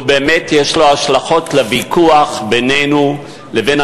שבאמת יש לו השלכות על הוויכוח בינינו לבין